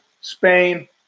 Spain